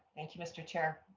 thank you mister chair